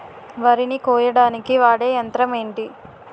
వరి ని కోయడానికి వాడే యంత్రం ఏంటి?